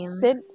sit